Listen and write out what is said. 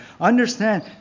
understand